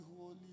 holy